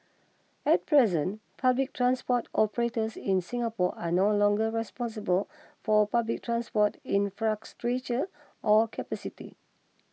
at present public transport operators in Singapore are no longer responsible for public transport infrastructure or capacity